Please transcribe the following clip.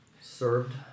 Served